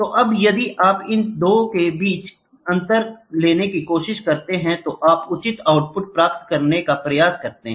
तो अब यदि आप इन 2 के बीच अंतर लेने की कोशिश करते हैं तो आप उचित आउटपुट प्राप्त करने का प्रयास करते हैं